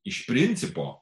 iš principo